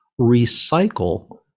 recycle